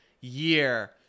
year